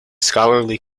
scholarly